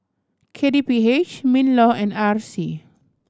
K T P H MinLaw and R C